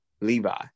Levi